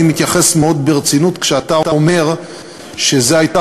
אני מתייחס מאוד ברצינות כשאתה אומר שזו הייתה